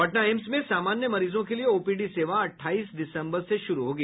Patna AIIMS में सामान्य मरीजों के लिए ओपीडी सेवा अठाईस दिसम्बर से शुरू होगी